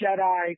Jedi